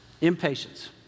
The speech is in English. Impatience